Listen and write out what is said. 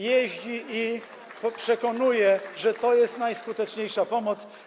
Jeździ i przekonuje, że to jest najskuteczniejsza pomoc.